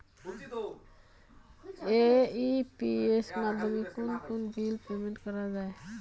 AEPS মাধ্যমে কোন কোন বিল পেমেন্ট করা যায়?